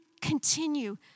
continue